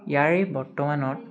ইয়াৰে বৰ্তমানত